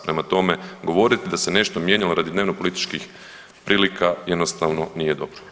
Prema tome, govoriti da se nešto mijenjalo radi dnevno-političkih prilika jednostavno nije dobro.